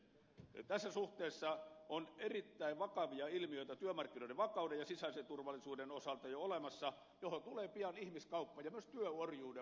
tässä suhteessa on erittäin vakavia ilmiöitä työmarkkinoiden vakauden ja sisäisen turvallisuuden osalta jo olemassa johon tulee pian ihmiskauppa ja myös työorjuuden vakavia muotoja